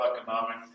economic